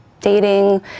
dating